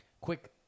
quick